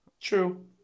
True